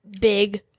Big